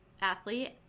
athlete